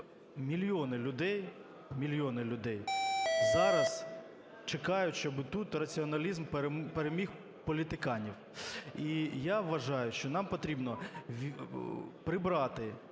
мільйони людей, зараз чекають, щоб тут раціоналізм переміг політиканів. І я вважаю, що нам потрібно прибрати